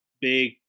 big